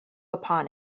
upon